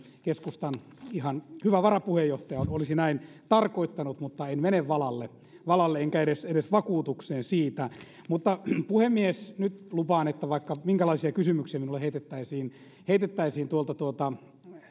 keskustan ihan hyvä varapuheenjohtaja olisi näin tarkoittanut mutta en mene valalle valalle enkä edes edes vakuuteen siitä puhemies nyt lupaan että vaikka minkälaisia kysymyksiä minulle heitettäisiin heitettäisiin tuolta tuolta